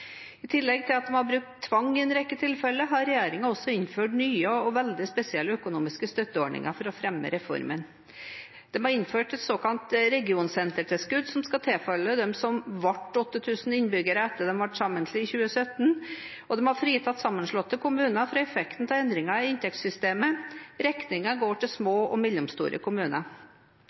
I tillegg til at de har brukt tvang i en rekke tilfeller, har regjeringen også innført nye og veldig spesielle økonomiske støtteordninger for å fremme reformen. De har innført såkalt regionsentertilskudd som skal tilfalle dem som ble 8 000 innbyggere etter at de ble sammenslått i 2017, og de har fritatt sammenslåtte kommuner fra effekten av endringer i inntektssystemet. Regningen går til små og mellomstore kommuner.